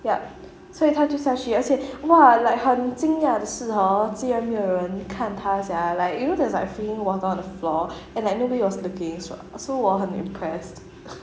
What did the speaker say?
yup 所以她就下去而且 !wah! like 很惊讶的是 hor 竟然没有人看她 sia lah like you know there's like freaking water on the floor and like nobody was looking so 我很 impressed